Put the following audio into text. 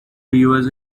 rivers